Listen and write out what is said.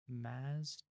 Maz